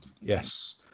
Yes